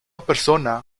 persona